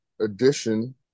edition